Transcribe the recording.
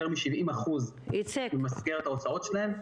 יותר מ-70% ממסגרת ההוצאות שלהם,